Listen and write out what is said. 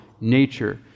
nature